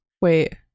Wait